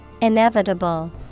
Inevitable